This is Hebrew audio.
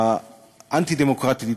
האנטי-דמוקרטית,